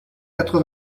quatre